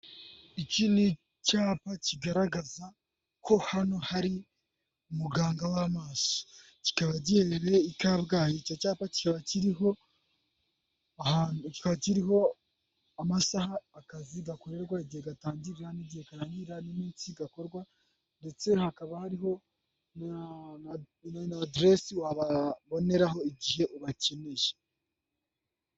Iki ni icyapa kigaragaza ko hano hari muganga w'amaso. Kikaba giherereye i kabgayi. Icyo cyapa kikaba kiriho kiriho amasaha akazi gakorerwa igihe gatangirira n'igihe karangirira n'iminsi gakorwa ndetse hakaba hariho na adress wababoneraho igihe ubakeneye.